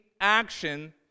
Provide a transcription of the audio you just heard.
action